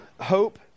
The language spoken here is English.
hope